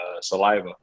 saliva